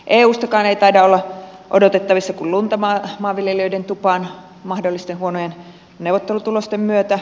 eustakaan ei taida olla odotettavissa kuin lunta maanviljelijöiden tupaan mahdollisten huonojen neuvottelutulosten myötä